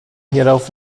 hierauf